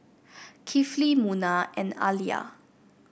Kifli Munah and Alya